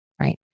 right